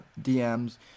DMs